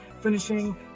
finishing